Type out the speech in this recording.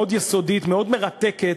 מאוד יסודית, מאוד מרתקת.